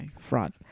fraud